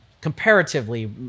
comparatively